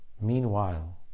Meanwhile